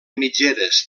mitgeres